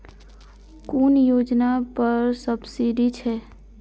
कुन योजना पर सब्सिडी छै?